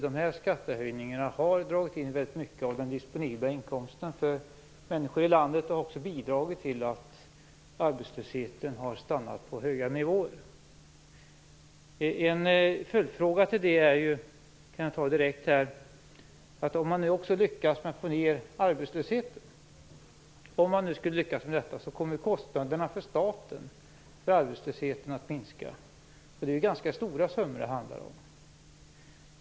De här skattehöjningarna har ju dragit in mycket av den disponibla inkomsten för människor i landet och har också bidragit till att arbetslösheten har stannat på höga nivåer. Jag har också en följdfråga som jag kan ta direkt. Om man också lyckas med att få ned arbetslösheten kommer statens kostnader för arbetslösheten att minska. Det handlar om ganska stora summor.